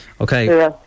Okay